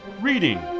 reading